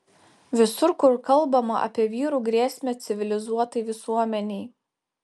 visur kur kalbama apie vyrų grėsmę civilizuotai visuomenei